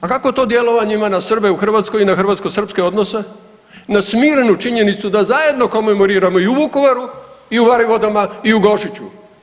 A kako to djelovanje ima na Srbe u Hrvatskoj i na hrvatskosrpske odnose, na smirenu činjenicu da zajedno komemoriramo i u Vukovaru i u Varivodama i u Gošiću?